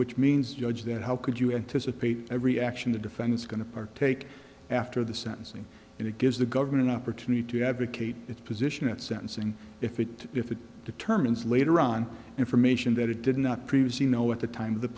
which means judge that how could you anticipate every action the defendant's going to partake after the sentencing and it gives the government an opportunity to advocate its position at sentencing if it if it determines later on information that it did not previously know at the time of the